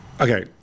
Okay